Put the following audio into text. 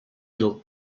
middle